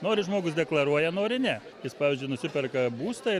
nori žmogus deklaruoja nori ne jis pavyzdžiui nusiperka būstą